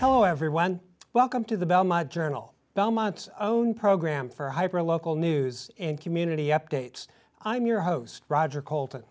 hello everyone welcome to the belmont journal belmont's own program for hyper local news and community updates i'm your host roger co